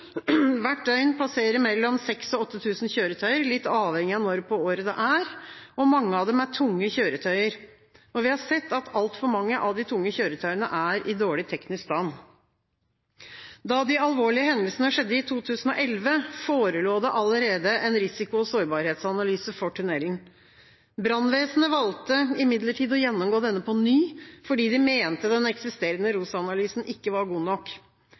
Hvert døgn passerer mellom 6 000 og 8 000 kjøretøyer, litt avhengig av når på året det er. Mange av dem er tunge kjøretøyer. Vi har sett at altfor mange av de tunge kjøretøyene er i dårlig teknisk stand. Da de alvorlige hendelsene skjedde i 2011, forelå det allerede en risiko- og sårbarhetsanalyse for tunnelen. Brannvesenet valgte imidlertid å gjennomgå denne på ny, fordi de mente den eksisterende ROS-analysen ikke var god nok.